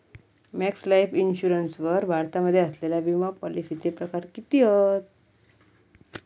Max Life Insurance वर भारतामध्ये असलेल्या विमापॉलिसीचे प्रकार किती हत?